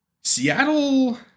Seattle